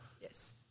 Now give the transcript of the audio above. Yes